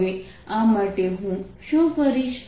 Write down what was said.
હવે આ માટે હું શું કરીશ